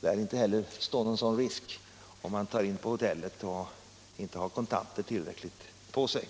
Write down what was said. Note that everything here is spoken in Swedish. lär inte heller stå någon sådan risk om han tar in på ett hotell och inte har tillräckligt med kontanter på sig.